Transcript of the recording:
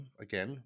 Again